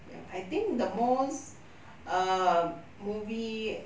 I think the most um movie